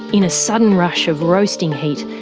in a sudden rush of roasting heat,